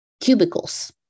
cubicles